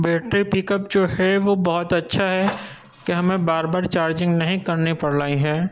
battery backup جو ہے وہ بہت اچھا ہے کہ ہمیں بار بار چارجنگ نہیں کرنی پڑ رہی ہے